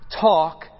talk